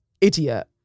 Idiot